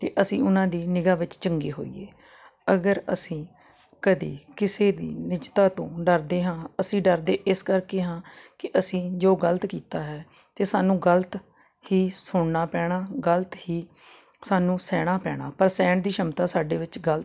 ਅਤੇ ਅਸੀਂ ਉਹਨਾਂ ਦੀ ਨਿਗ੍ਹਾ ਵਿੱਚ ਚੰਗੇ ਹੋਈਏ ਅਗਰ ਅਸੀਂ ਕਦੇ ਕਿਸੇ ਦੀ ਨਿੱਝਤਾ ਤੋਂ ਡਰਦੇ ਹਾਂ ਅਸੀਂ ਡਰਦੇ ਇਸ ਕਰਕੇ ਹਾਂ ਕਿ ਅਸੀਂ ਜੋ ਗਲਤ ਕੀਤਾ ਹੈ ਤੇ ਸਾਨੂੰ ਗਲਤ ਹੀ ਸੁਣਨਾ ਪੈਣਾ ਗਲਤ ਹੀ ਸਾਨੂੰ ਸਹਿਣਾ ਪੈਣਾ ਪਰ ਸਹਿਣ ਦੀ ਸ਼ਮਤਾ ਸਾਡੇ ਵਿੱਚ ਗਲਤ